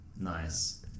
Nice